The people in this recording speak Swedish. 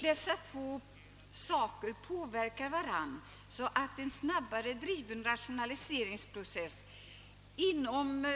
Dessa två saker påverkar varandra så att en snabbare driven rationaliseringsprocess inom